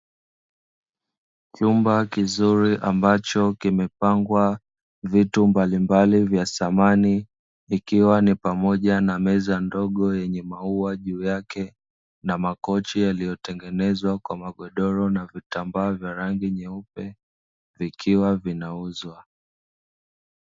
Chumba kizuri ambacho kimepangwa vitu mbalimbali vya samani, ikiwa ni pamoja na meza ndogo yenye maua juu yake, na makochi yaliyotengenezwa kwa magodoro na vitambaa vya rangi ya nyeupe, vikiwa vinauzwa.